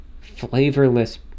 flavorless